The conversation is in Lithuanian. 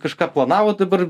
kažką planavo dabar